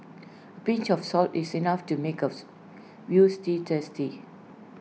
pinch of salt is enough to make A Veal Stew tasty